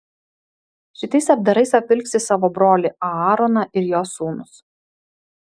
šitais apdarais apvilksi savo brolį aaroną ir jo sūnus